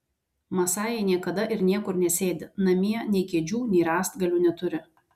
masajai niekada ir niekur nesėdi namie nei kėdžių nei rąstgalių neturi